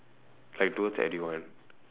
like towards everyone